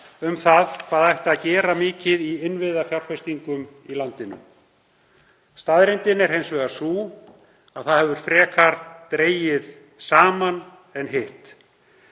um hvað ætti að gera mikið í innviðafjárfestingum í landinu. Staðreyndin er hins vegar sú að það hefur frekar dregist saman en hitt.